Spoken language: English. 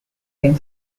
been